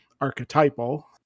archetypal